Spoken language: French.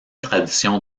traditions